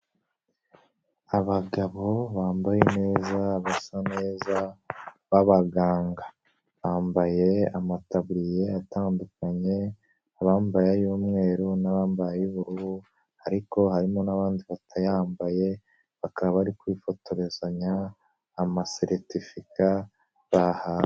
Abagabo bambaye neza basa neza b'abaganga bambaye amataburiya atandukanye abambayey'umweru n'abambaye ubururu ariko harimo n'abandi batayambaye bakaba bari kwifotozanya amaseretefika bahawe.